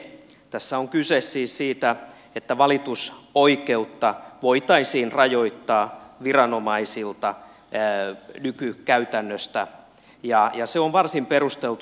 tässä on kyse siis siitä että valitusoikeutta voitaisiin rajoittaa viranomaisilta nykykäytännöstä ja se on varsin perusteltua